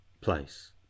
place